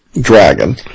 dragon